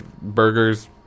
burgers